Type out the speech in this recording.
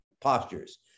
postures